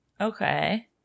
Okay